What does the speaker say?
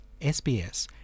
SBS